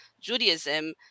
Judaism